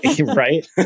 Right